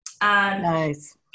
Nice